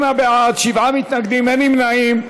68 בעד, שבעה מתנגדים, אין נמנעים.